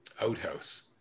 outhouse